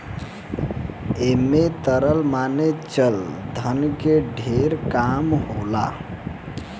ऐमे तरल माने चल धन के ढेर काम होला